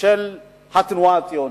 של התנועה הציונית,